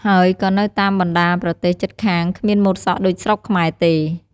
ហើយក៏នៅតាមបណ្តាប្រទេសជិតខាងគ្មានម៉ូតសក់ដូចស្រុកខ្មែរទេ។